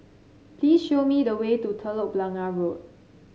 please show me the way to Telok Blangah Road